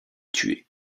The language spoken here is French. tué